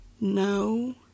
No